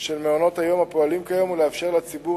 של מעונות-היום הפועלים כיום ולאפשר לציבור